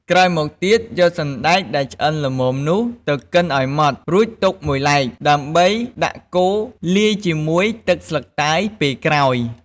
ក្រោយមកទៀតយកសណ្តែកដែលឆ្អិនល្មមនោះទៅកិនឱ្យម៉ដ្ឋ រួចទុកមួយឡែក ដើម្បីដាក់កូរលាយជាមួយទឹកស្លឹកតើយពេលក្រោយ។